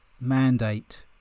mandate